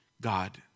God